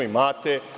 Imate.